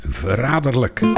verraderlijk